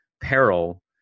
peril